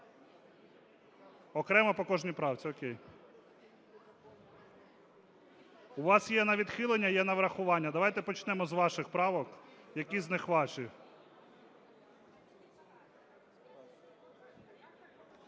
Окремо по кожній правці, о'кей. У вас є на відхилення, є на врахування, давайте почнемо з ваших правок. Які з них ваші?